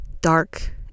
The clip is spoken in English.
dark